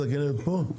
מינהלת הכנרת פה?